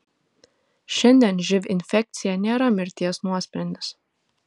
šiandien živ infekcija nėra mirties nuosprendis